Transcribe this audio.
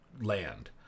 land